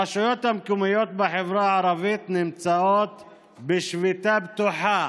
הרשויות המקומיות בחברה הערבית נמצאות בשביתה פתוחה,